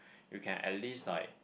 we can at least like